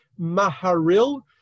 Maharil